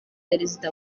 perezida